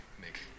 make